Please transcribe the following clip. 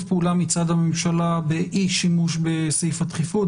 פעולה מצד הממשלה באי שימוש בסעיף הדחיפות,